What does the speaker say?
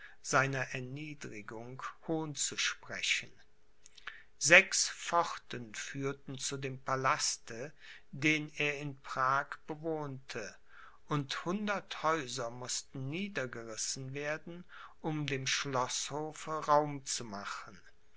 seiner erniedrigung hohn zu sprechen sechs pforten führten zu dem palaste den er in prag bewohnte und hundert häuser mußten niedergerissen werden um dem schloßhofe raum zu machen